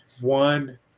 one